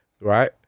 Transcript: right